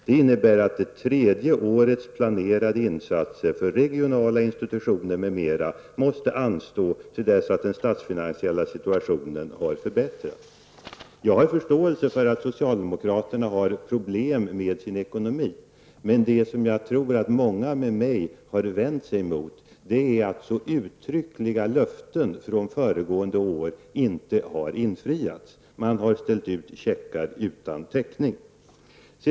Det innebär att det tredje årets planerade insatser för regionala institutioner m.m. måste anstå till dess att den statsfinansiella situationen har förbättrats''. Jag har förståelse för att socialdemokraterna har problem med ekonomin. Men det som många med mig har vänt sig emot är att så uttryckliga löften från föregående år inte har infriats. Man har ställt ut checkar utan täckning.